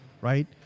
right